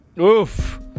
Oof